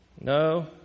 No